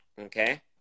okay